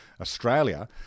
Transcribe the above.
Australia